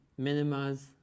minimas